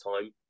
time